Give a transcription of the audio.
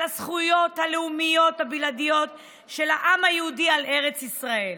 הזכויות הלאומיות הבלעדיות של העם היהודי על ארץ ישראל.